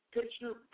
Picture